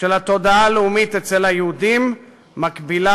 של התודעה הלאומית אצל היהודים מקבילה